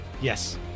Yes